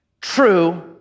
true